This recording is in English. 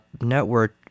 network